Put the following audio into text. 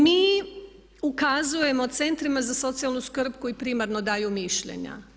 Mi ukazujemo centrima za socijalnu skrb koji primarno daju mišljenja.